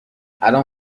الان